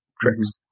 tricks